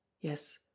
Yes